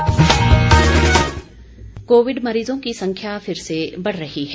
Covid संदेश Covid मरीजों की संख्या फिर से बढ़ रही है